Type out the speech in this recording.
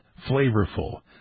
flavorful